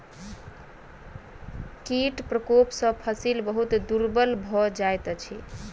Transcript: कीट प्रकोप सॅ फसिल बहुत दुर्बल भ जाइत अछि